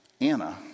Anna